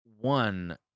one